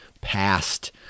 past